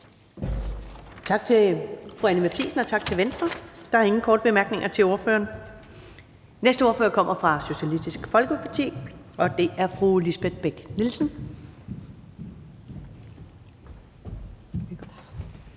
Tak til fru Anni Matthiesen, og tak til Venstre. Der er ingen korte bemærkninger til ordføreren. Næste ordfører kommer fra Socialistisk Folkeparti, og det er fru Lisbeth Bech-Nielsen.